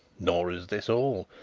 nor is this all.